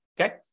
okay